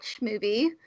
movie